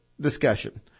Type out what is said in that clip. discussion